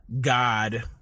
God